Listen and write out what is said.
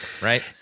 right